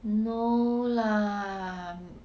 no lah